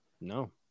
no